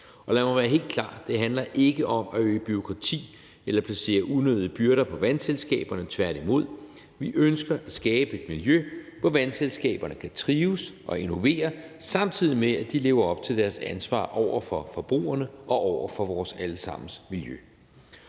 og lad mig være helt klar: Det handler ikke om at øge bureaukratiet eller placere unødige byrder på vandselskaberne, tværtimod. Vi ønsker at skabe et miljø, hvor vandselskaberne kan trives og innovere, samtidig med at de lever op til deres ansvar over for forbrugerne og over for vores alle sammens miljø.